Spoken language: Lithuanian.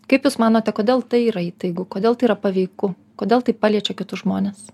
kaip jūs manote kodėl tai yra įtaigu kodėl tai yra paveiku kodėl tai paliečia kitus žmones